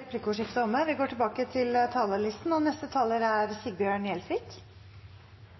Replikkordskiftet er omme. Norge er et fantastisk land, med noen enorme muligheter, og Senterpartiet er